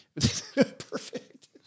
Perfect